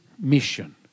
mission